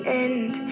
end